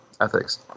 ethics